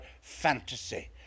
fantasy